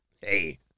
hey